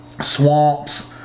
swamps